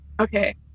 Okay